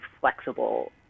flexible